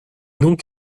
donc